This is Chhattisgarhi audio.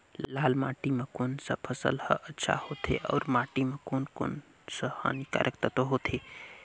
लाल माटी मां कोन सा फसल ह अच्छा होथे अउर माटी म कोन कोन स हानिकारक तत्व होथे?